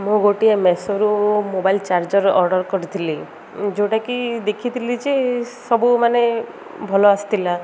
ମୁଁ ଗୋଟିଏ ମେସୋରୁ ମୋବାଇଲ୍ ଚାର୍ଜର୍ ଅର୍ଡ଼ର୍ କରିଥିଲି ଯୋଉଟାକି ଦେଖିଥିଲି ଯେ ସବୁ ମାନେ ଭଲ ଆସିଥିଲା